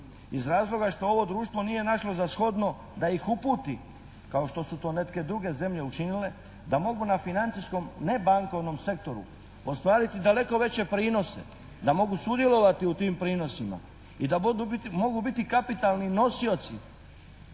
iz razloga što ovo društvo nije našlo za shodno da ih uputi kao što su to neke druge zemlje učinile, da mogu na financijskom nebankovnom sektoru ostvariti daleko veće prinose, da mogu sudjelovati u tim prinosima i da budu, da mogu biti kapitalni nosioci,